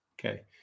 Okay